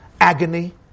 agony